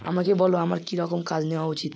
আমাকে বলো আমার কীরকম কাজ নেওয়া উচিত